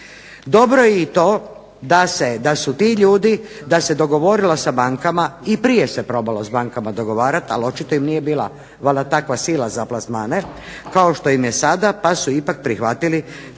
Dobro je i to da su ti ljudi, da se dogovorilo sa bankama i prije se probalo s bankama dogovarat, ali očito im nije bila valjda takva sila za plasmane kao što im je sada pa su ipak prihvatili